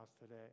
today